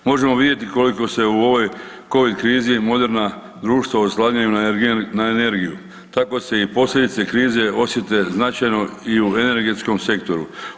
Možemo vidjeti koliko se u ovoj covid krizi moderna društva oslanjaju na energiju, tako se i posljedice krize osjete značajno i u energetskom sektoru.